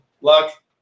luck